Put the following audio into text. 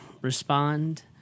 respond